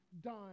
done